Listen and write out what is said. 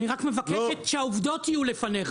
אני רק מבקש שהעובדות יהיו לפניך.